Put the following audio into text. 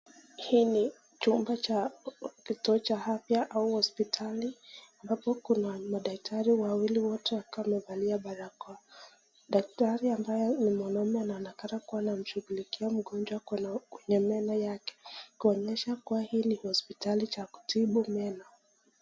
Hii ni chumba cha kituo cha afya ama hospitali ambapo kuna madaktari wawili wote wakiwa wamevalia barakoa .Dakatri ambaye ni mwanaume anaonekana kushughulikia mgonjwa kwenye meno yake kuonyesha hii ni hospitali cha kutibu meno.